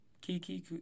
Kiki